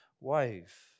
wife